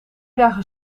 dagen